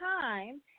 time